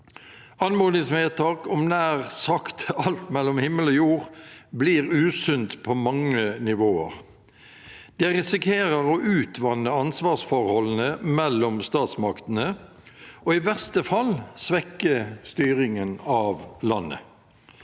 Anmodningsvedtak om nær sagt alt mellom himmel og jord blir usunt på mange nivåer. Det risikerer å utvanne ansvarsforholdene mellom statsmaktene og i verste fall svekke styringen av landet.